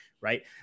right